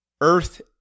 earth